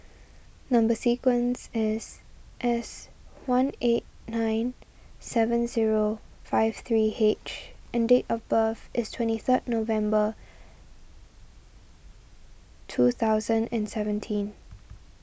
Number Sequence is S one eight nine seven zero five three H and date of birth is twenty third November two thousand and seventeen